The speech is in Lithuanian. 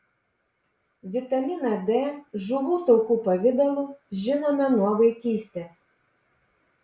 vitaminą d žuvų taukų pavidalu žinome nuo vaikystės